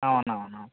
అవునవును